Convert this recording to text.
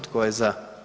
Tko je za?